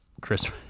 Chris